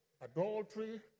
adultery